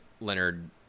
Leonard